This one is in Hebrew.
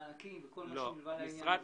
מענקים, כל שנלווה לעניין הזה?